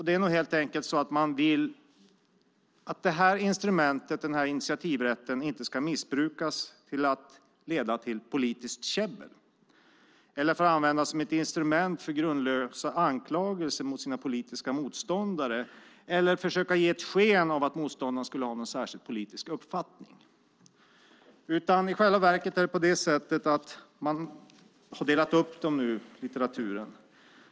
Det är helt enkelt så att man vill att detta instrument, denna initiativrätt, inte ska missbrukas så att den leder till politiskt käbbel eller används som ett instrument för grundlösa anklagelser mot politiska motståndare eller för att försöka ge sken av att motståndaren skulle ha någon särskild politisk uppfattning. I själva verket har man gjort en uppdelning i litteraturen.